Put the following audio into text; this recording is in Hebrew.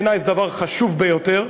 בעיני זה דבר חשוב ביותר,